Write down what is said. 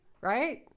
right